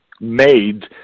made